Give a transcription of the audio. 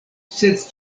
sed